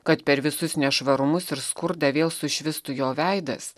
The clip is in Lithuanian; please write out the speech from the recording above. kad per visus nešvarumus ir skurdą vėl sušvistų jo veidas